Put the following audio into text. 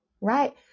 Right